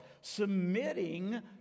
submitting